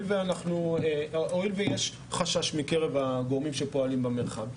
הואיל ויש חשש בקרב הגורמים שפועלים במרחב,